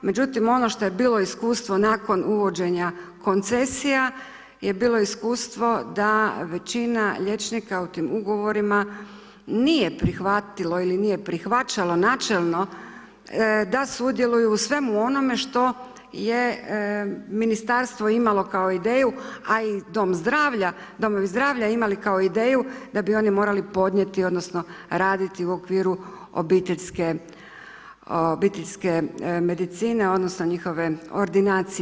Međutim, ono što je bilo iskustvo nakon uvođenja koncesija je bilo iskustvo da većina liječnika u tim ugovorima nije prihvatilo ili nije prihvaćalo načelno da sudjeluju u svemu onome što je ministarstvo imalo kao ideju, a i dom zdravlja, domovi zdravlja imali kao ideju da bi oni morali podnijeti odnosno raditi u okviru obiteljske medicine odnosno njihove ordinacije.